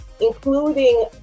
including